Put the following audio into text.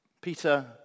Peter